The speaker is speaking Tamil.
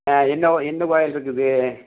இன்னும் இன்னும் கோவில் இருக்குது